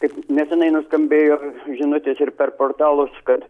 kaip nesenai nuskambėjo žinutė čia ir per portalus kad